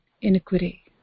iniquity